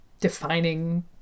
defining